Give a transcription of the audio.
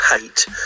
hate